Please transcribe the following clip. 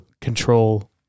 control